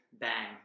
Bang